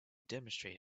demonstrate